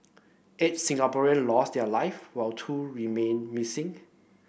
eight Singaporean lost their live while two remain missing